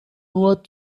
nur